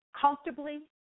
comfortably